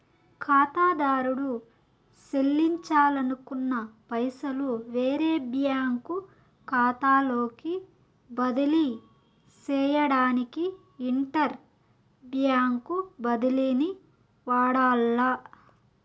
కాతాదారుడు సెల్లించాలనుకున్న పైసలు వేరే బ్యాంకు కాతాలోకి బదిలీ సేయడానికి ఇంటర్ బ్యాంకు బదిలీని వాడాల్ల